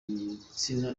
gitsina